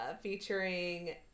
featuring